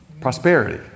Prosperity